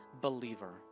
believer